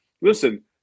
listen